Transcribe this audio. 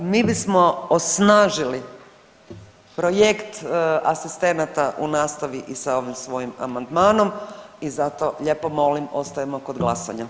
Mi bismo osnažili projekt asistenata u nastavi i sa ovim svojim amandmanom i zato lijepo molim ostajemo kod glasanja.